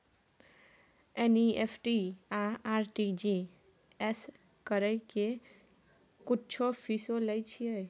NEFT आ RTGS करै के कुछो फीसो लय छियै?